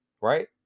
Right